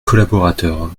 collaborateurs